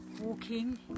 Walking